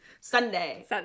Sunday